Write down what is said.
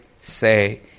say